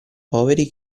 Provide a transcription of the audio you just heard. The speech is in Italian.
poveri